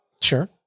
Sure